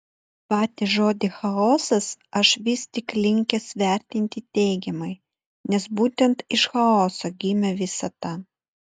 patį žodį chaosas aš vis tik linkęs vertinti teigiamai nes būtent iš chaoso gimė visata